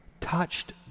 Touched